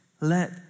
let